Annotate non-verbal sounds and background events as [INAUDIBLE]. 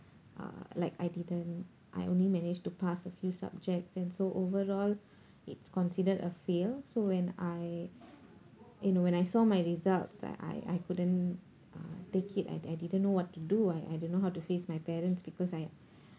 uh like I didn't I only managed to pass a few subjects and so overall it's considered a fail so when you know I when I saw my results I I couldn't uh take it I I didn't know what to do I I don't know how to face my parents because I [BREATH]